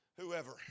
whoever